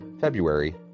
February